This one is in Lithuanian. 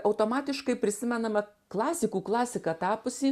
automatiškai prisimename klasikų klasika tapusį